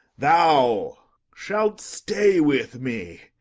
thou shalt stay with me,